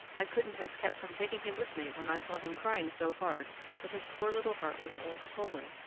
i couldn't have kept from taking him with me when i saw him crying so hard that his poor little heart was all swollen.